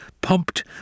pumped